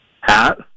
Hat